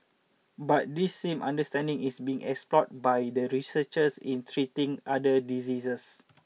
but this same understanding is being explored by the researchers in treating other diseases